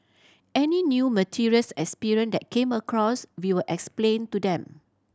any new materials experience that came across we will explain to them